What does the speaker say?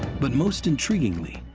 but most intriguingly,